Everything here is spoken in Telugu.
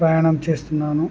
ప్రయాణం చేస్తున్నాను